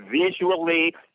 visually